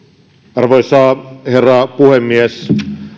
arvoisa herra puhemies